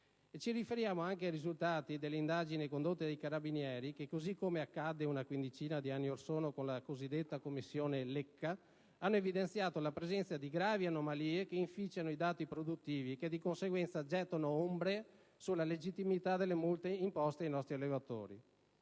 ci riferiamo anche ai risultati delle indagini condotte dai Carabinieri che, così come accadde una quindicina di anni orsono con la cosiddetta commissione Lecca, hanno evidenziato la presenza di gravi anomalie che inficiano i dati produttivi e che, di conseguenza, gettano ombre sulla legittimità delle multe imposte ai nostri allevatori.